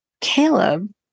Caleb